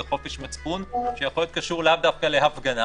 חופש מצפון שיכול להיות קשור לאו דווקא להפגנה